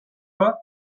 pas